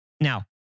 Now